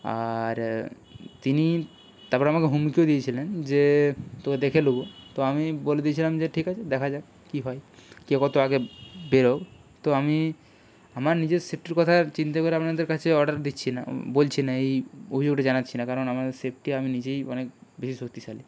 আর তিনি তাপরে আমাকে হুমকিও দিয়েছিলেন যে তোকে দেখে নেবো তো আমি বলে দিয়েছিলাম যে ঠিক আছে দেখা যাক কী হয় কে কত আগে বেরও তো আমি আমার নিজের সেফটির কথার চিন্তা করে আপনাদের কাছে অর্ডার দিচ্ছি না বলছি না এই অভিযোগটা জানাচ্ছি না কারণ আমার সেফটি আমি নিজেই অনেক বেশি শক্তিশালী